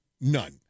None